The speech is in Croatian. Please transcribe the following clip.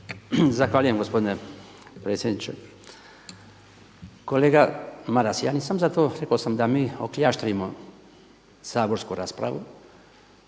Zahvaljujem, gospodine predsjedniče. Kolega Maras ja nisam za to rekao sam da mi okljaštavimo saborsku raspravu,